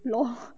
lor